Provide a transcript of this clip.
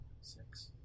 six